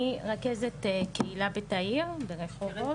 אני רכזת קהילה ב'תאיר' ברחובות.